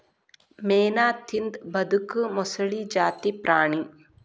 ಮೇನಾ ತಿಂದ ಬದಕು ಮೊಸಳಿ ಜಾತಿ ಪ್ರಾಣಿ